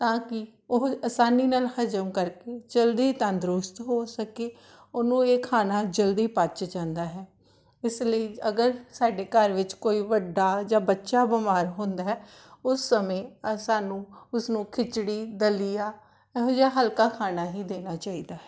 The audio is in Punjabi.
ਤਾਂ ਕਿ ਉਹ ਆਸਾਨੀ ਨਾਲ ਹਜਮ ਕਰਕੇ ਜਲਦੀ ਤੰਦਰੁਸਤ ਹੋ ਸਕੇ ਉਹਨੂੰ ਇਹ ਖਾਣਾ ਜਲਦੀ ਪੱਚ ਜਾਂਦਾ ਹੈ ਇਸ ਲਈ ਅਗਰ ਸਾਡੇ ਘਰ ਵਿੱਚ ਕੋਈ ਵੱਡਾ ਜਾਂ ਬੱਚਾ ਬਿਮਾਰ ਹੁੰਦਾ ਹੈ ਉਸ ਸਮੇਂ ਸਾਨੂੰ ਉਸਨੂੰ ਖਿਚੜੀ ਦਲੀਆ ਇਹੋ ਜਿਹਾ ਹਲਕਾ ਖਾਣਾ ਹੀ ਦੇਣਾ ਚਾਹੀਦਾ ਹੈ